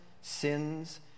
sins